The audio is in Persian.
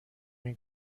این